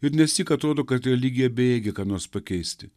ir nesyk atrodo kad religija bejėgė ką nors pakeisti